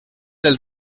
del